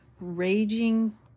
raging